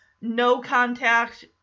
no-contact